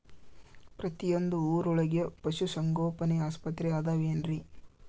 ಪ್ರತಿಯೊಂದು ಊರೊಳಗೆ ಪಶುಸಂಗೋಪನೆ ಆಸ್ಪತ್ರೆ ಅದವೇನ್ರಿ?